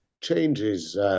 changes